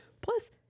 Plus